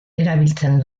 erabiltzen